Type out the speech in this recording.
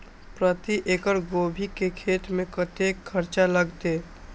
प्रति एकड़ गोभी के खेत में कतेक खर्चा लगते?